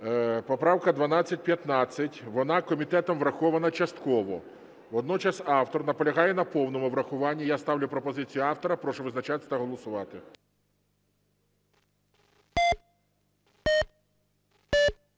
Поправка 1215, вона комітетом врахована частково, водночас автор наполягає на повному врахуванні. Я ставлю пропозицію автора, прошу визначатись та голосувати.